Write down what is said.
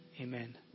Amen